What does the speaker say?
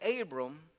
Abram